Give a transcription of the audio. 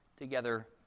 together